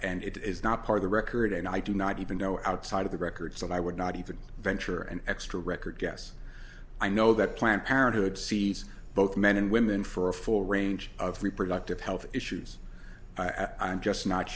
and it is not part of the record and i do not even know outside of the record so i would not even venture an extra record guess i know that planned parenthood sees both men and women for a full range of reproductive health issues i'm just not